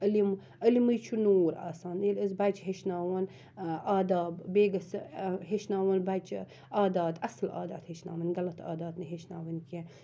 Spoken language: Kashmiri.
علم علمٕے چھُ نور آسان ییٚلہِ أسۍ بَچہِ ہیٚچھناوہون آداب بیٚیہِ گَژھِ ہیٚچھناوُن بَچہِ عادات اصل عادات ہیٚچھناوٕنۍ غَلَط عادات نہٕ ہیٚچھناوٕنۍ کینٛہہ